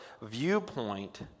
viewpoint